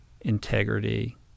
integrity